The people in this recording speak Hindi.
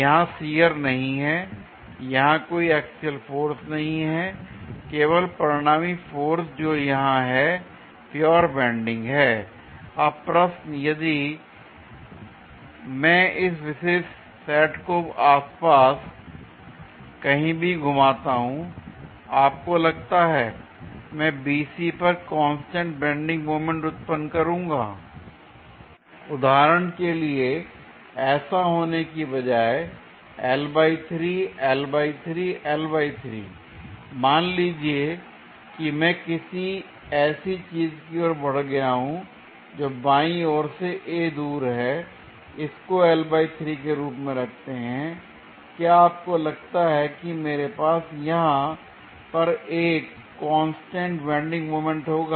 यहां शियर नहीं है यहां कोई एक्सियल फोर्स नहीं हैकेवल परिणामी फोर्स जो यहां है प्योर बेंडिंग है l अब प्रश्न यदि मैं इस विशेष सेट को आसपास कहीं भी घुमाता हूं आपको लगता है मैं BC पर कांस्टेंट बेंडिंग मोमेंट उत्पन्न करूंगा l उदाहरण के लिए ऐसा होने की बजाएं मान लीजिए कि मैं किसी ऐसी चीज की ओर बढ़ गया हूं जो बाईं ओर से a दूर हैइसको के रूप में रखते हैं l क्या आपको लगता है कि मेरे पास यहां पर एक कांस्टेंट बेंडिंग मोमेंट होगा